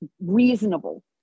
reasonable